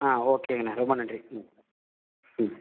ஆ ஓகேங்கண்ணா ரொம்ப நன்றி ம் ம்